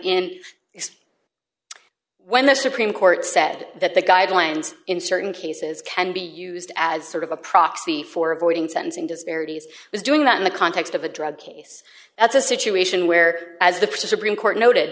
in when the supreme court said that the guidelines in certain cases can be used as sort of a proxy for avoiding sentencing disparities is doing that in the context of a drug case that's a situation where as the supreme court noted